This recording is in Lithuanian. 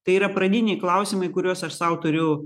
tai yra pradiniai klausimai kuriuos aš sau turiu